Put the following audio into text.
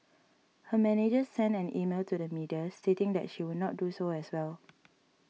her manager sent an email to the media stating that she would not do so as well